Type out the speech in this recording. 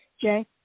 Jay